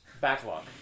Backlog